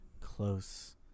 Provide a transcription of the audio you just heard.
close